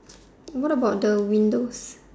what about the windows